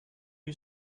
you